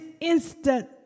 instant